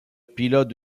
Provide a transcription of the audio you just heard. pilote